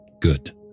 good